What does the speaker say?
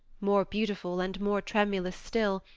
more beautiful and more tremulous still,